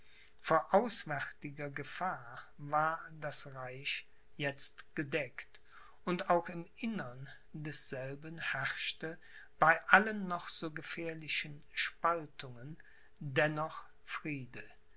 auswärtiger gefahr war das reich jetzt gedeckt und auch im innern desselben herrschte bei allen noch so gefährlichen spaltungen dennoch friede